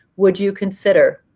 would you consider?